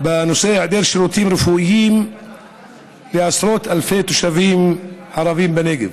בנושא היעדר שירותים רפואיים לעשרות אלפי תושבים ערבים בנגב.